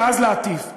ואז להטיף.